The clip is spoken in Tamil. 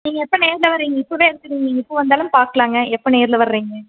நீங்கள் எப்போ நேரில் வர்றீங்க இப்போவே அழைச்சுட்டு நீங்கள் இப்போ வந்தாலும் பார்க்கலாங்க எப்போ நேரில் வர்றீங்க